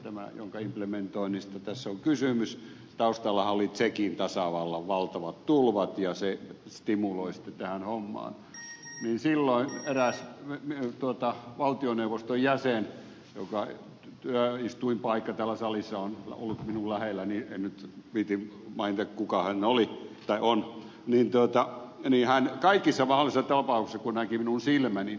tämä on tulvadirektiiviä jonka implementoinnista tässä on kysymys taustallahan olivat tsekin tasavallan valtavat tulvat ja ne stimuloivat sitten tähän hommaan eräs valtioneuvoston jäsen jonka istuinpaikka täällä salissa on ollut minun lähelläni en nyt viitsi mainita kuka hän oli tai on sanoi kaikissa mahdollisissa tapauksissa kun näki minun silmäni